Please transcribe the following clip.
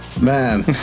Man